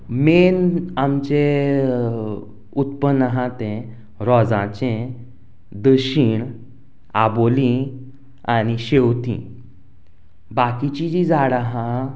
main आमचें उत्पन्न आहा तें रोजाचें दशीण आबोलीं आनी शेंवतीं बाकीचीं जीं झाडां आहा